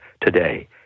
today